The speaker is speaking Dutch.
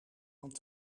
want